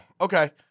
Okay